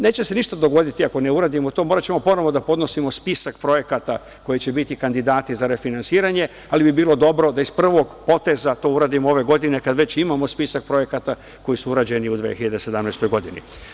Neće se ništa dogoditi ako ne uradimo to, moraćemo ponovo da podnosimo spisak projekata koji će biti kandidati za refinansiranje, ali bi bilo dobro da iz prvog poteza to uradimo ove godine, kad već imamo spisak projekata koji su uređeni u 2017. godini.